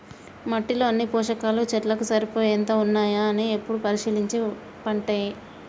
మట్టిలో అన్ని పోషకాలు చెట్లకు సరిపోయేంత ఉన్నాయా అని ఎప్పుడు పరిశీలించి పంటేయాలే